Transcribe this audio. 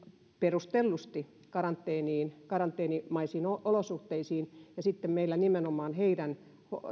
perustellusti karanteenimaisiin olosuhteisiin ja sitten nimenomaan heidän